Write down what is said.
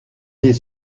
des